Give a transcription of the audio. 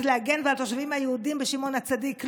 להגן ועל התושבים היהודים בשמעון הצדיק לא?